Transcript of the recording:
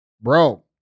bro